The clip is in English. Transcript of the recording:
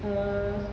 uh